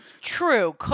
true